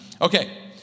Okay